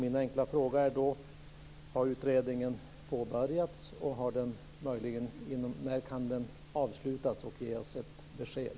Min enkla fråga är då: Har utredningen påbörjats och när kan den avslutas så att vi får ett besked?